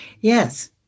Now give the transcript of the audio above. Yes